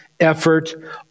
effort